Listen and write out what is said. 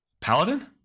Paladin